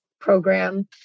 program